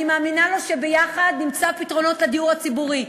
אני מאמינה לו שביחד נמצא פתרונות לדיור הציבורי,